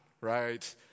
right